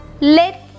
Let